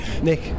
nick